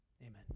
Amen